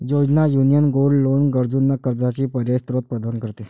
योजना, union gold loan गरजूंना कर्जाचा पर्यायी स्त्रोत प्रदान करते